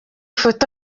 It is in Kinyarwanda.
foto